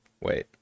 Wait